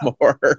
more